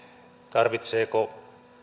tarvitseeko